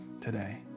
today